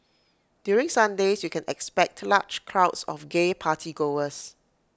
during Sundays you can expect large crowds of gay party goers